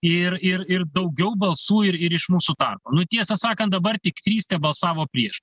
ir ir ir daugiau balsų ir ir iš mūsų tarpo nu tiesą sakant dabar tik trys tebalsavo prieš